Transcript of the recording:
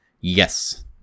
yes